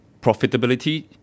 profitability